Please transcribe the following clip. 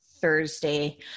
Thursday